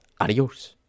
Adios